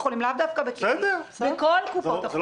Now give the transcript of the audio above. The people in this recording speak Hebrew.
אבל זה תלוי מבחן תמיכה שמתפרסם באותה שנה.